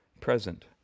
present